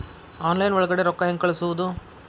Online ಒಳಗಡೆ ರೊಕ್ಕ ಹೆಂಗ್ ಕಳುಹಿಸುವುದು?